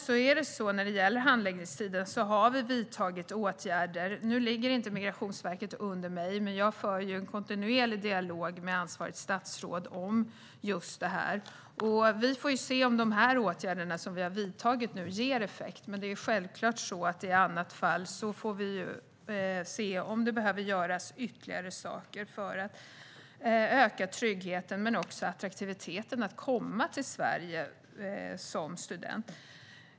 När det gäller handläggningstiden har vi vidtagit åtgärder. Migrationsverket ligger inte under mitt ansvarsområde, men jag för kontinuerligt en dialog med ansvarigt statsråd om detta. Vi får se om de åtgärder som vi nu har vidtagit ger effekt. I annat fall får vi självfallet se om vi behöver göra något ytterligare för att öka tryggheten men också attraktiviteten i att komma till Sverige som student.